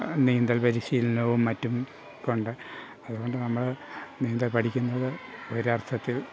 നീന്തൽ പരിശീലനവും മറ്റും കൊണ്ട് അതുകൊണ്ട് നമ്മൾ നീന്തൽ പഠിക്കുന്നത് ഒരർത്ഥത്തിൽ